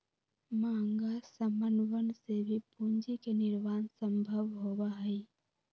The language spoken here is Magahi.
महंगा समनवन से भी पूंजी के निर्माण सम्भव होबा हई